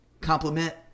compliment